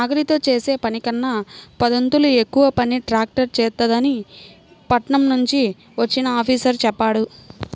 నాగలితో చేసే పనికన్నా పదొంతులు ఎక్కువ పని ట్రాక్టర్ చేత్తదని పట్నం నుంచి వచ్చిన ఆఫీసరు చెప్పాడు